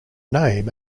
name